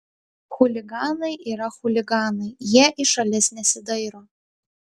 chuliganai yra chuliganai jie į šalis nesidairo